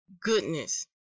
goodness